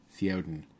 Theoden